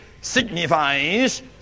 signifies